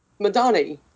Madani